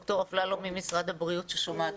יושבת גם דוקטור אפללו ממשרד הבריאות ששומעת